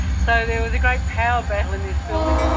so there was a great power battle in this building,